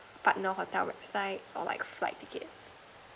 partner hotel websites or like flight tickets